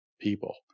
people